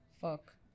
Fuck